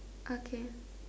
okay